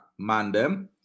mandem